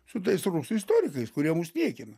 su tais rusų istorikais kurie mus niekina